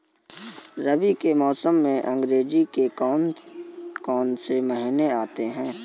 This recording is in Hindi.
रबी के मौसम में अंग्रेज़ी के कौन कौनसे महीने आते हैं?